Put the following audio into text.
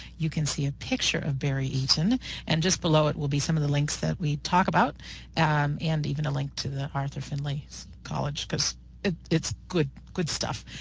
you can see a picture of barry eaton and just below it will be some of the links that we talk about and and even a link to the arthur finley college, because it's good good stuff.